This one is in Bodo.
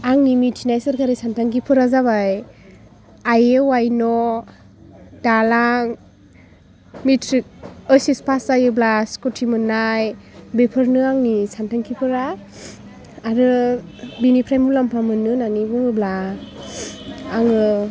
आंनि मिथिनाय सोरखारि सानथांखिफोरा जाबाय आइ इउ आइ न' दालां मेट्रिक ऐत्स एस पास जायोब्ला स्कुटि मोननाय बेफोरनो आंनि सानथांखिफोरा आरो बेनिफ्राय मुलाम्फा मोनो होननानै बुङोब्ला आङो